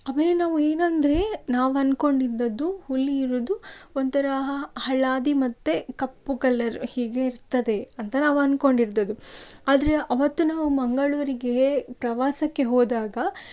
ಆಮೇಲೆ ನಾವು ಏನಂದರೆ ನಾವು ಅನ್ಕೊಂಡಿದ್ದದ್ದು ಹುಲಿ ಇರೋದು ಒಂಥರ ಹಳದಿ ಮತ್ತು ಕಪ್ಪು ಕಲ್ಲರ್ ಹೀಗೆ ಇರ್ತದೆ ಅಂತ ನಾವು ಅನ್ಕೊಂಡಿದ್ದದ್ದು ಆದರೆ ಆವತ್ತು ನಾವು ಮಂಗಳೂರಿಗೆ ಪ್ರವಾಸಕ್ಕೆ ಹೋದಾಗ